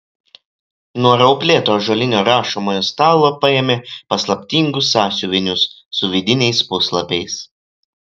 nuo rauplėto ąžuolinio rašomojo stalo paėmė paslaptingus sąsiuvinius su vidiniais puslapiais